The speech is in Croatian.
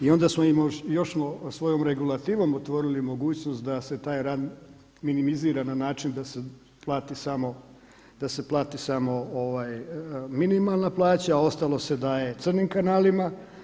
I onda smo im još svojom regulativom otvorili mogućnost da se taj rad minimizira na način da se plati samo minimalna plaća, a ostalo se daje crnim kanalima.